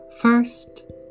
First